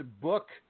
book